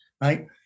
right